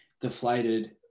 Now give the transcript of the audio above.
deflated